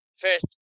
first